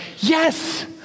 yes